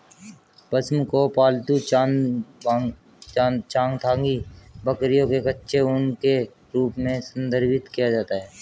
पश्म को पालतू चांगथांगी बकरियों के कच्चे ऊन के रूप में संदर्भित किया जाता है